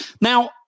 Now